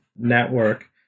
network